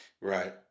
Right